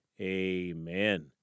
amen